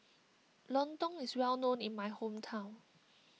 Lontong is well known in my hometown